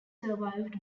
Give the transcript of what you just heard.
survived